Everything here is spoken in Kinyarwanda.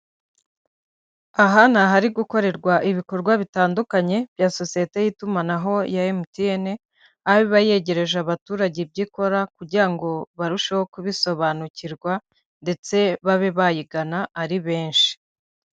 Aha ni ahari gukorerwa ibikorwa bitandukanye bya sosiyete y'itumanaho ya MTN, aho iba yegereje abaturage ibyo ikora, kugira ngo barusheho kubisobanukirwa ndetse babe bayigana ari benshi.